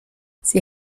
sie